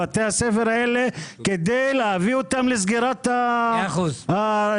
את בתי הספר הללו כדי להביאם לסגירת רשיונם.